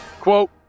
Quote